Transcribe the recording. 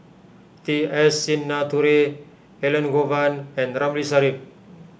T S Sinnathuray Elangovan and Ramli Sarip